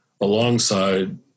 alongside